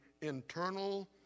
internal